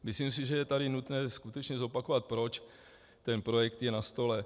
Myslím si, že je tady nutné skutečně zopakovat, proč ten projekt je na stole.